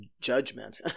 judgment